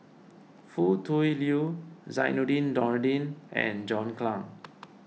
Foo Tui Liew Zainudin Nordin and John Clang